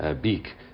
beak